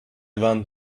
want